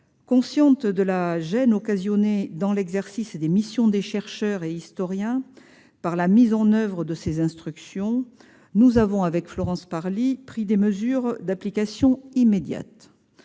Conscientes de la gêne occasionnée dans l'exercice des missions des chercheurs et historiens par la mise en oeuvre de ces instructions, Florence Parly et moi-même avons pris des mesures d'application immédiate.